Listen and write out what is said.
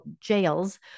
jails